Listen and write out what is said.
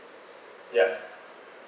ya